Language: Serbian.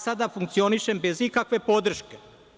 Sada lično funkcionišem bez ikakve podrške.